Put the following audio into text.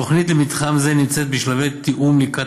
תוכנית למתחם זה נמצאת בשלבי תיאום לקראת